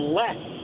less